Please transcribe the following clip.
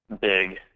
big